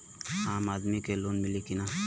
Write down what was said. आम आदमी के लोन मिली कि ना?